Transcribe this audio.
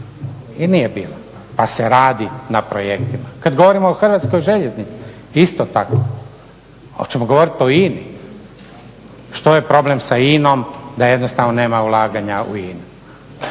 i nije bilo, da se radi na projektima. Kada govorimo o HŽ-u, isto tako. Hoćemo govoriti o INA-i? Što je problem sa INA-om, da jednostavno nema ulaganja u INA-u.